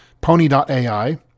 Pony.ai